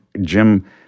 Jim